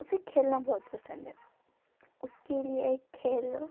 उसे खेलना बहुत पसंद है उसके लिए एक खेल